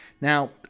Now